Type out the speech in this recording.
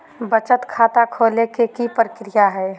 बचत खाता खोले के कि प्रक्रिया है?